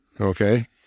Okay